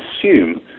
assume